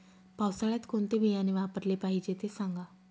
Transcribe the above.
पावसाळ्यात कोणते बियाणे वापरले पाहिजे ते सांगा